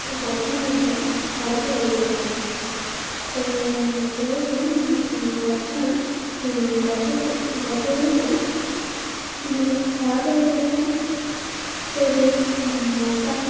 ଗଛ ମଧ୍ୟ ଖରାପ୍ ହେଇଯାଇଥାଏ ସେ ସେଇଠି ଗଛ ନା ଗଛ ଗଛଗୁଡ଼ିକ ବହୁତ ଖରାପ୍ ହୋଇଯାଇଥାଏ ସେଇଠି ମଶା